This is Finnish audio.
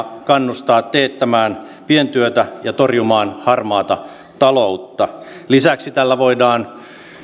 kannustaa teettämään pientyötä ja torjumaan harmaata taloutta lisäksi tällä voidaan